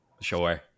sure